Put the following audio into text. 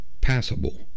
passable